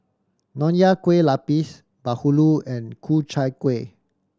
Nonya Kueh Lapis bahulu and Ku Chai Kueh